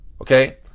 Okay